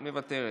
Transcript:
מוותרת,